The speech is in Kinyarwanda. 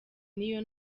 n’iyo